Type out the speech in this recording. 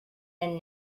and